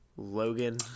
Logan